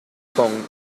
japón